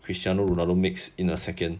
cristiano ronaldo makes in a second